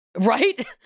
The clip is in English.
Right